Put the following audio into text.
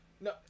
No